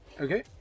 Okay